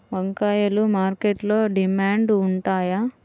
వంకాయలు మార్కెట్లో డిమాండ్ ఉంటాయా?